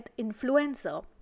influencer